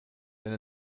denn